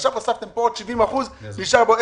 עכשיו הוספתם פה עוד 70% אולם העלות נשארה 2 מיליארד שקל,